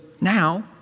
now